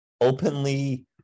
openly